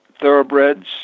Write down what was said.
thoroughbreds